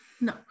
No